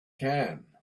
can